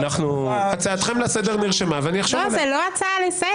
זה לא הצעה לסדר.